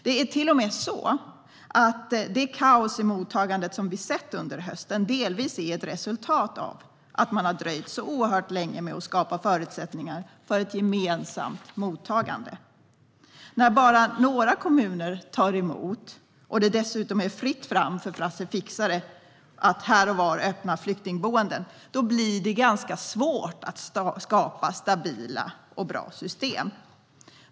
Det är till och med så att det kaos i mottagandet som vi sett under hösten delvis är ett resultat av att man har dröjt så oerhört länge med att skapa förutsättningar för ett gemensamt mottagande. När bara några kommuner tar emot och det dessutom är fritt fram för Frasse fixare att öppna flyktingboenden här och var blir det ganska svårt att skapa stabila och bra system.